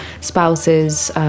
spouses